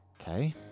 Okay